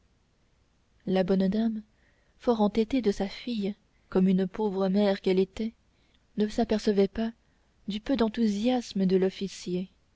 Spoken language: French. la bonne dame fort entêtée de sa fille comme une pauvre mère qu'elle était ne s'apercevait pas du peu d'enthousiasme de l'officier